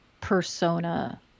persona